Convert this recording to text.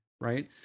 right